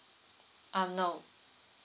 ah no